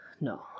No